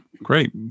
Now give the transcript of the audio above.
Great